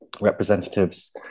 representatives